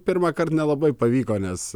pirmąkart nelabai pavyko nes